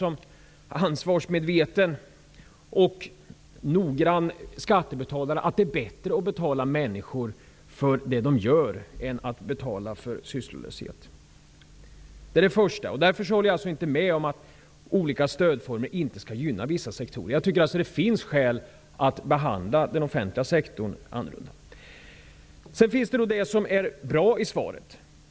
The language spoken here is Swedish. Som ansvarsmedveten och noggrann skattebetalare tycker jag att det är bättre att betala människor för vad de gör än att betala för sysslolöshet. Därför håller jag inte med om att olika stödformer inte skall gynna vissa sektorer. Jag tycker att det finns skäl att behandla den offentliga sektorn annorlunda. Sedan finns det bra saker i svaret.